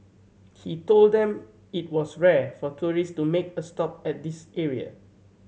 he told them that it was rare for tourists to make a stop at this area